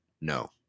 no